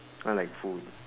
I like food